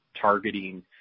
targeting